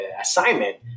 assignment